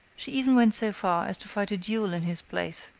she even went so far as to fight a duel in his place,